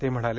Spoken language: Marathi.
ते म्हणाले